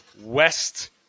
West